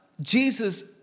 Jesus